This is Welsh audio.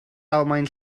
almaen